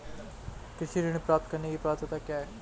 कृषि ऋण प्राप्त करने की पात्रता क्या है?